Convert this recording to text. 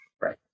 Right